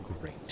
great